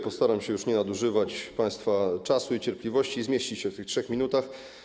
Postaram się już nie nadużywać państwa czasu i cierpliwości i zmieścić się w tych 3 minutach.